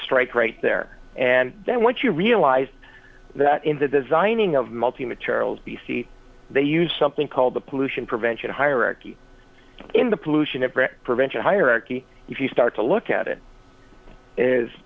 strike right there and then once you realize that in the designing of multi materials b c they use something called the pollution prevention hierarchy in the pollution prevention hierarchy if you start to look at it is